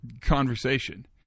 conversation